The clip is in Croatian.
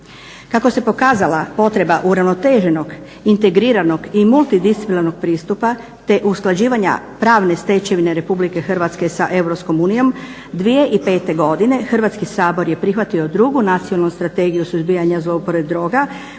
Kako se pokazala potreba uravnoteženog, integriranog i multidisciplinarnog pristupa, te usklađivanja pravne stečevine RH sa EU, 2005. godine Hrvatski sabor je prihvatio 2. Nacionalnu strategiju suzbijanja zlouporabe droga